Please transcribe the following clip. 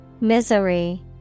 Misery